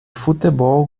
futebol